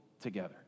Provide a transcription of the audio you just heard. together